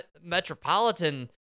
metropolitan